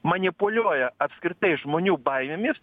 manipuliuoja apskritai žmonių baimėmis